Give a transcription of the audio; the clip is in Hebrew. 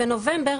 בנובמבר,